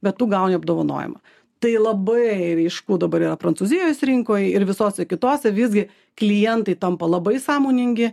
bet tu gauni apdovanojimą tai labai ryšku dabar yra prancūzijos rinkoj ir visose kitose visgi klientai tampa labai sąmoningi